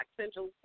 Central